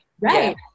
Right